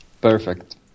Perfect